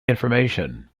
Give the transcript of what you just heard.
information